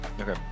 okay